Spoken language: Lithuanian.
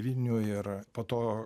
vilnių ir po to